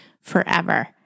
forever